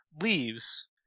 leaves